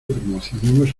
promocionemos